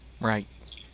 Right